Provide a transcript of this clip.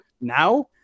now